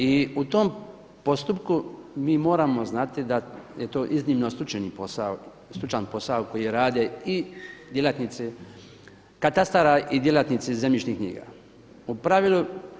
I u tom postupku mi moramo znati da je to iznimno stručan posao koji rade i djelatnici katastara i djelatnici zemljišnih knjiga u pravilu.